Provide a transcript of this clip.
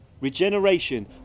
Regeneration